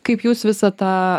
kaip jūs visą tą